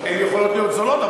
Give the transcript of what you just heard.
הן יכולות להיות זולות,